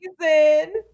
season